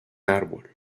árbol